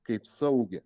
kaip saugią